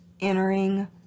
entering